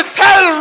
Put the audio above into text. tell